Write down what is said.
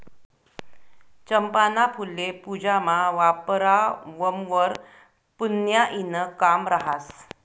चंपाना फुल्ये पूजामा वापरावंवर पुन्याईनं काम रहास